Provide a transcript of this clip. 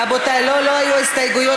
רבותי, לא, לא היו הסתייגויות.